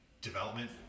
development